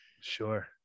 sure